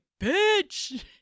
bitch